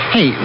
Hey